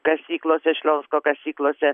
kasyklose šlionsko kasyklose